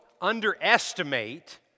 underestimate